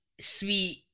sweet